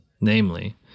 Namely